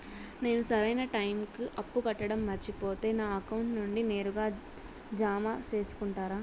నేను సరైన టైముకి అప్పు కట్టడం మర్చిపోతే నా అకౌంట్ నుండి నేరుగా జామ సేసుకుంటారా?